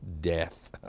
death